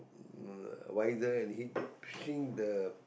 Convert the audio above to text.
visor and hit the see the